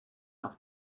auf